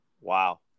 Wow